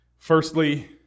Firstly